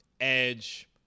edge